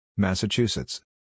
Massachusetts